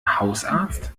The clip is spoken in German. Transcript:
hausarzt